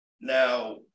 now